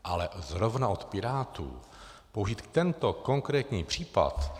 Ale zrovna od Pirátů použít tento konkrétní případ...